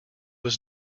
was